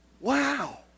Wow